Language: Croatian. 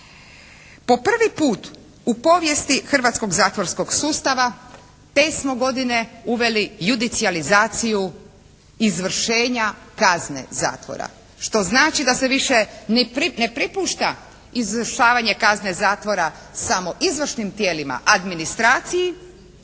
Po prvi puta u povijesti hrvatskog zatvorskog sustava te smo godine uveli judicijalizaciju izvršenja kazne zatvora što znači da se više ne prepušta izvršavanje kazne zatvora samo izvršnim tijelima administraciji